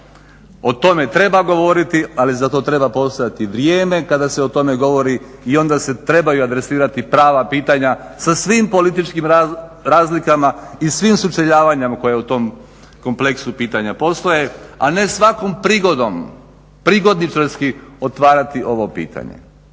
O tome treba govoriti, ali za to treba postojati vrijeme kada se o tome govori i onda se trebaju adresirati prava pitanja sa svim političkim razlikama i svim sučeljavanjima koja u tom kompleksu pitanja postoje, a ne svakom prigodom prigodničarski otvarati ovo pitanje.